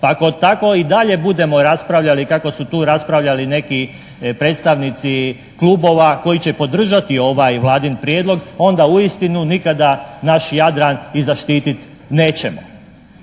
Pa ako tako i dalje budemo raspravljali kako su tu raspravljali neki predstavnici klubova koji će podržati ovaj Vladin prijedlog, onda uistinu nikada naš Jadran i zaštiti nećemo.